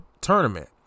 tournament